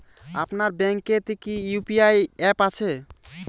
আপনার ব্যাঙ্ক এ তে কি ইউ.পি.আই অ্যাপ আছে?